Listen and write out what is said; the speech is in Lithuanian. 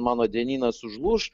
mano dienynas užlūš